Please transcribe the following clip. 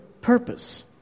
purpose